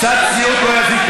קצת צניעות לא תזיק